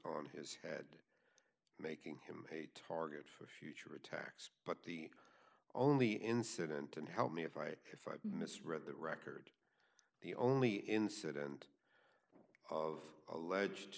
on his head making him a target for future attacks but the only incident and help me if i misread the record the only incident of alleged